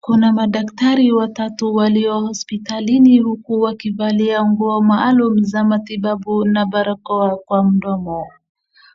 Kuna madaktari watatu walio hospitalini uku wakivalia nguo maalumu za matibabu na barakoa kwa mdomo.